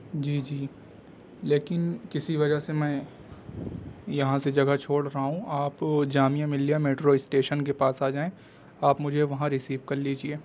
جی جی لیکن کسی وجہ سے میں یہاں سے جگہ چھوڑ رہا ہوں آپ جامعہ ملیہ میٹرو اسٹیشن کے پاس آ جائیں آپ مجھے وہاں ریسیو کر لیجیے